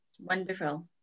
Wonderful